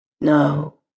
no